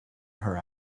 her